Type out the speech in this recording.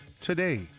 Today